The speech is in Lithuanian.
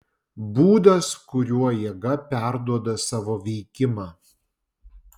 būdas kuriuo jėga perduoda savo veikimą